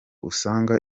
usanga